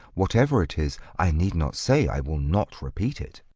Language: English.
whatever it is, i need not say i will not repeat it.